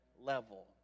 level